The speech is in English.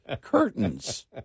curtains